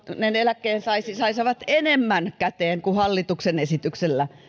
eläkkeensaajat saisivat enemmän käteen kuin hallituksen esityksellä